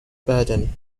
burden